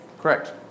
Correct